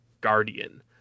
guardian